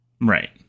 Right